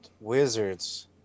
Wizards